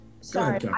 sorry